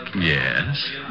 Yes